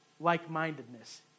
like-mindedness